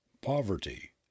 Poverty